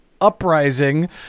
Uprising